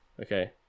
Okay